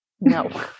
No